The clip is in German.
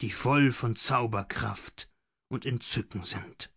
die voll von zauberkraft und entzücken sind